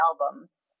albums